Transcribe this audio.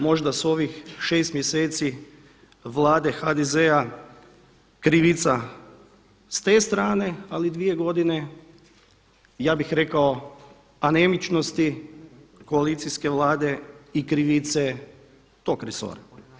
Možda su ovih 6 mjeseci Vlade HDZ-a krivica s te strane ali dvije godine ja bih rekao anemičnosti koalicijske Vlade i krivice tog resora.